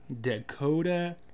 Dakota